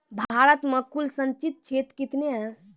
भारत मे कुल संचित क्षेत्र कितने हैं?